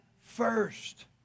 first